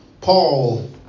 Paul